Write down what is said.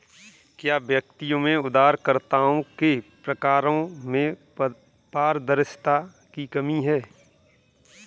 क्या व्यक्तियों में उधारकर्ताओं के प्रकारों में पारदर्शिता की कमी है?